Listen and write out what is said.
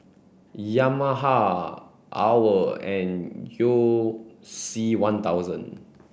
Yamaha OWL and You C one thousand